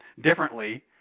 differently